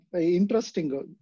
interesting